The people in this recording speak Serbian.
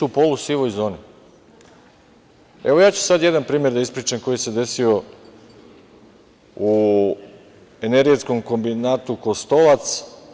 Evo, ja ću sada jedan primer da ispričam koji se desio u Energetskom kombinatu Kostolac.